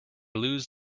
lose